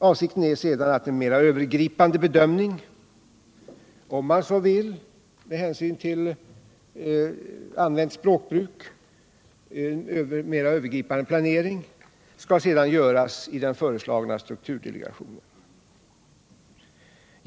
Avsikten är att en mera övergripande bedömning - om man så vill, med hänsyn till allmänt språkbruk, en mera övergripande planering — sedan skall göras i den föreslagna strukturdelegationen.